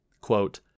Quote